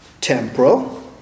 temporal